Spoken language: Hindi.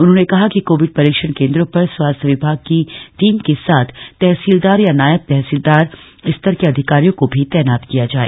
उन्होंने कहा कि कोविड परीक्षण केन्द्रों पर स्वास्थ्य विभाग की टीम के साथ तहसीलदार या नायब तहसीलदार स्तर के अधिकारियों को भी तैनात किया जाए